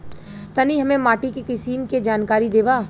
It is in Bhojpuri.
तनि हमें माटी के किसीम के जानकारी देबा?